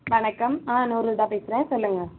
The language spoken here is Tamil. வணக்கம் ஆம் நூருல் தான் பேசுகிறேன் சொல்லுங்க